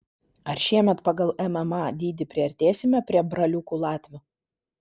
ar šiemet pagal mma dydį priartėsime prie braliukų latvių